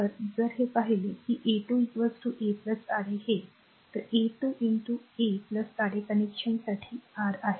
तर जर हे पाहिले की a2 a R a हे a2 a R a कनेक्शनसाठी r आहे